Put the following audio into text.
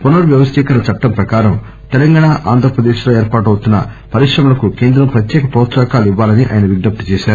పునర్ వ్యవస్థీకరణ చట్టం ప్రకారం తెలంగాణా ఆంధ్రప్రదేశ్ ల్లో ఏర్పాటవుతున్న పరిశ్రమలకు కేంద్రం ప్రత్యేక ప్రోత్సహకాలు ఇవ్వాలని ఆయన విజ్ఞప్తి చేశారు